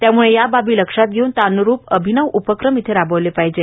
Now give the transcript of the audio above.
त्यामुळे या बाबी लक्षात घेऊन त्यानुरूप अभिनव उपक्रम येथे राबवले पाहिजेत